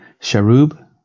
Sharub